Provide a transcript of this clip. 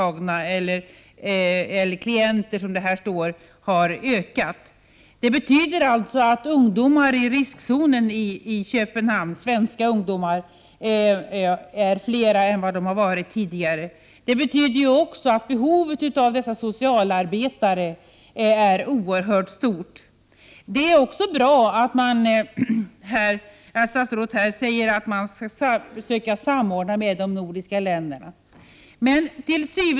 Det betyder alltså att antalet svenska ungdomar som befinner sig i riskzonen i Köpenhamn är större än tidigare. Det betyder också att behovet av socialarbetare är oerhört stort. Det är också bra att verksamheten skall samordnas med de övriga nordiska länderna, som statsrådet sade.